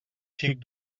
xic